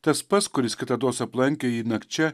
tas pats kuris kitados aplankė jį nakčia